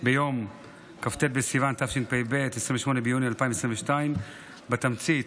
ביום כ"ט בסיוון התשפ"ב, 28 ביוני 2022. בתמצית,